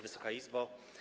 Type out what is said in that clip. Wysoka Izbo!